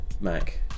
Mac